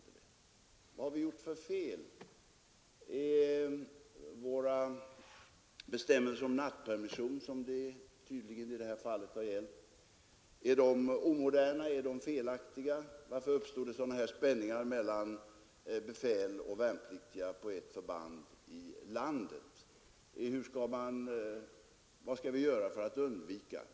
Vad har vi gjort för fel? Är våra bestämmelser om nattpermission, som det tydligen i det här fallet har gällt, omoderna, felaktiga? Varför uppstår det sådana här spänningar mellan befäl och värnpliktiga på ett förband i landet? Vad skall vi göra för att undvika sådant?